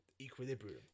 Equilibrium